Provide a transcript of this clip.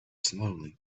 slowly